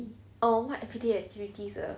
orh what everyday activity ah